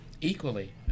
equally